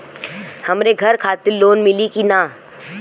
हमरे घर खातिर लोन मिली की ना?